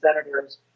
senators